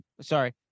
Sorry